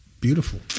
Beautiful